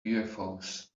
ufos